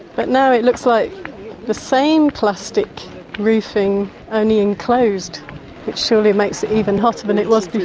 but now it looks like the same plastic roofing only enclosed, which surely makes it even hotter than it was before.